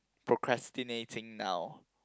procrastinating now